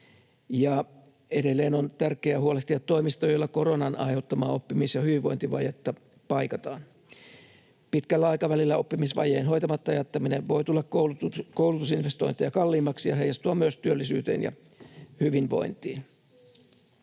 Ja edelleen on tärkeää huolehtia toimista, joilla koronan aiheuttamaa oppimis- ja hyvinvointivajetta paikataan. Pitkällä aikavälillä oppimisvajeen hoitamatta jättäminen voi tulla koulutusinvestointeja kalliimmaksi ja heijastua myös työllisyyteen ja hyvinvointiin.